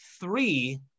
Three